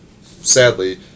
sadly